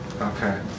Okay